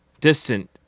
distant